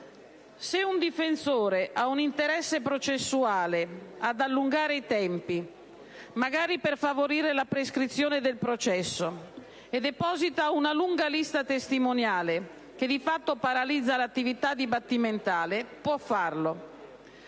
Se un difensore ha un interesse processuale ad allungare i tempi, magari per favorire la prescrizione del processo, e deposita una lunga lista testimoniale, che di fatto paralizza l'attività dibattimentale, può farlo.